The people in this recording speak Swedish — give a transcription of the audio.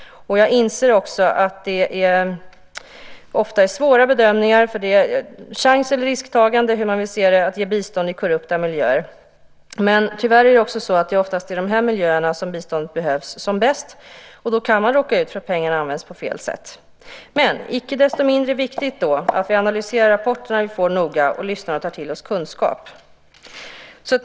Jag inser också att det ofta är svåra bedömningar, chans eller risktagande - hur man vill se det - att ge bistånd i korrupta miljöer. Tyvärr är det också så att det oftast är i de miljöerna som biståndet behövs som bäst. Då kan man råka ut för att pengarna används på fel sätt. Det är då icke desto mindre viktigt att vi analyserar rapporterna vi får noga och lyssnar och tar till oss kunskap.